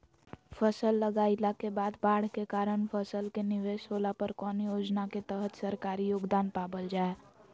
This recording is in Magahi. फसल लगाईला के बाद बाढ़ के कारण फसल के निवेस होला पर कौन योजना के तहत सरकारी योगदान पाबल जा हय?